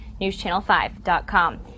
newschannel5.com